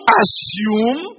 assume